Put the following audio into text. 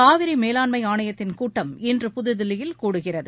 காவிரி மேலாண்மை ஆணையத்தின் கூட்டம் இன்று புதுதில்லியில் கூடுகிறது